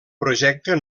projecte